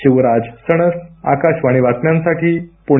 शिवराज सणस आकाशवाणी बातम्यांसाठी पणे